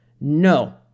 No